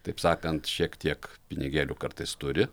taip sakant šiek tiek pinigėlių kartais turi